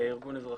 ארגון אזרחי.